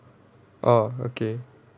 orh okay